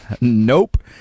Nope